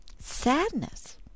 sadness